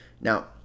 Now